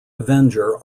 avenger